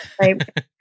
right